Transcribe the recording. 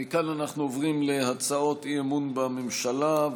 אנחנו עוברים להצעות אי-אמון בממשלה,